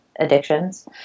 addictions